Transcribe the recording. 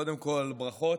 קודם כול ברכות,